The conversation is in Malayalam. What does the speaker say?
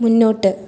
മുന്നോട്ട്